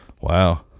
Wow